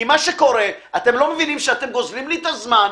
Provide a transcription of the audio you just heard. כי מה שקורה זה שאתם לא מבינים שאתם גוזלים לי את הזמן,